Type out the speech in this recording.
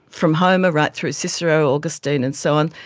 from homer right through cicero, augustine and so on,